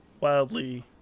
Wildly